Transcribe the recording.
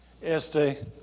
Este